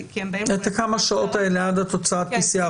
כמה שעות עד תוצאת ה-PCR.